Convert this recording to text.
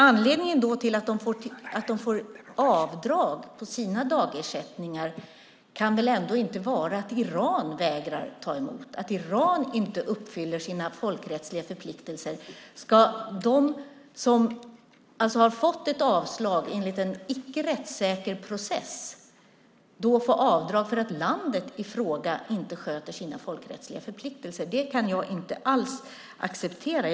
Anledningen till att de får avdrag på sina dagersättningar kan väl ändå inte vara att Iran vägrar att ta emot och inte uppfyller sina folkrättsliga förpliktelser! Ska de som har fått ett avslag enligt en icke rättssäker process få avdrag för att landet i fråga inte sköter sina folkrättsliga förpliktelser? Det kan jag inte alls acceptera.